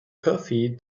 coffee